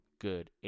good